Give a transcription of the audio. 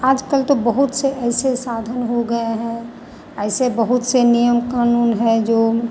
आजकल तो बहुत से ऐसे साधन हो गए हैं ऐसे बहुत से नियम कानून हैं जो